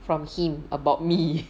from him about me